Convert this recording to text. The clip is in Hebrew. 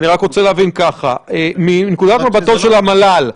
אני רק רוצה להבין ככה: מנקודות מבטו של המל"ל,